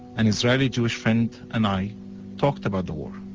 an israeli jewish friend and i talked about the war.